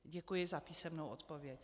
Děkuji za písemnou odpověď.